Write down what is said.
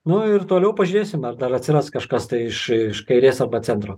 nu ir toliau pažiūrėsim ar dar atsiras kažkas tai iš iš kairės arba centro